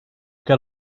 got